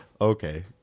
Okay